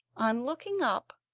on looking up,